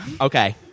Okay